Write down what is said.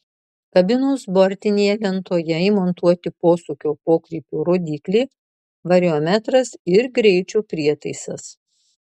kabinos bortinėje lentoje įmontuoti posūkio pokrypio rodyklė variometras ir greičio prietaisas